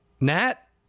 Nat